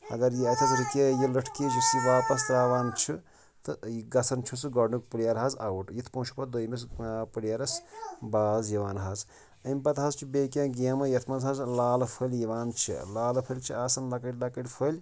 اگر یہِ اَتیٚس رٕکے یہِ لٔٹھکِج یُس یہِ واپَس ترٛاوان چھُ تہٕ گژھان چھُ سُہ گۄڈٕنیُک پٕلیر حظ اَوُٹ یِتھ پٲٹھۍ چھُ پَتہٕ ٲں دۄیمِس پٕلیرَس باز یِوان حظ امہِ پَتہٕ حظ چھِ بیٚیہِ کیٚنٛہہ گیمہٕ یَتھ منٛز حظ لالہٕ فٔلۍ یِوان چھِ لالہٕ فٔلۍ چھِ آسان لَکٕٹۍ لَکٕٹۍ فٔلۍ